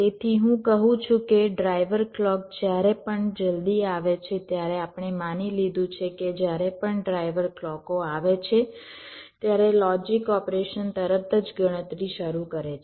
તેથી હું કહું છું કે ડ્રાઈવર ક્લૉક જ્યારે પણ જલદી આવે છે ત્યારે આપણે માની લીધું છે કે જ્યારે પણ ડ્રાઈવર ક્લૉકો આવે છે ત્યારે લોજિક ઓપેરશન તરત જ ગણતરી શરૂ કરે છે